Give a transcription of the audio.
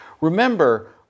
Remember